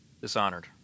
Dishonored